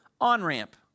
on-ramp